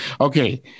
Okay